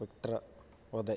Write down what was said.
Victor Uday